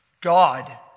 God